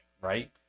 right